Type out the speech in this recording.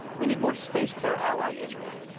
we need more space with our ally israel.